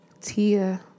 tia